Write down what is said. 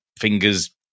fingers